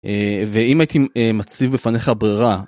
ואם הייתי מציב בפניך ברירה.